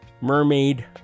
Mermaid